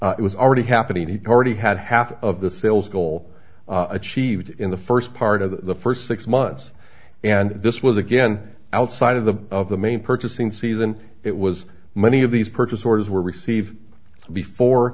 it was already happening he already had half of the sales goal achieved in the first part of the first six months and this was again outside of the of the main purchasing season it was many of these purchase orders were received before